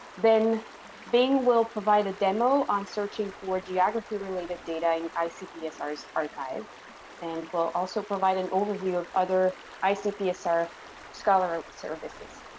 then bing will provide a demo on searching for geography-related data in icpsr's archive and will also provide an overview of other icpsr scholar services.